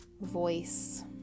voice